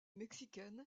mexicaine